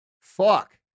Fuck